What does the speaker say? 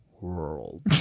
world